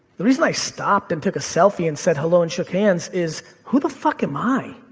the reason i stopped and took a selfie and said hello and shook hands is who the fuck am i?